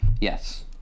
Yes